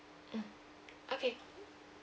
mm okay